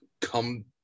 come